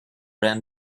ran